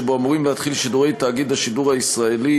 שבו אמורים להתחיל שידורי תאגיד השידור הישראלי